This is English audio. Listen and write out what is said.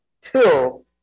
till